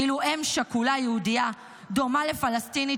כאילו אם שכולה יהודייה דומה לפלסטינית